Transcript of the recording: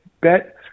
bet